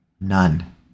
None